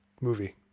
movie